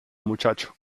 muchacho